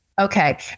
Okay